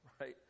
right